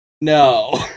No